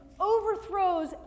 overthrows